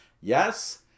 Yes